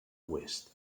oest